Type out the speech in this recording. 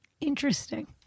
Interesting